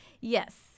Yes